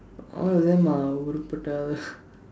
all of them are உருப்புட்ட:urupputda